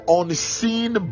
unseen